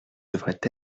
devrait